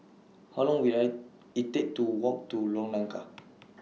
How Long Will I IT Take to Walk to Lorong Car